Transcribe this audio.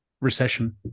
recession